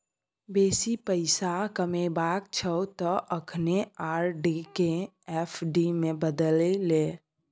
बेसी पैसा कमेबाक छौ त अखने आर.डी केँ एफ.डी मे बदलि ले